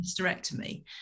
hysterectomy